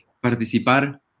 participar